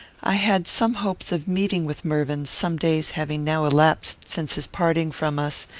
i had some hopes of meeting with mervyn, some days having now elapsed since his parting from us,